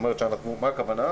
מה הכוונה?